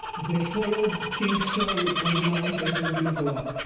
they followed king saul on the mountains of gilboa,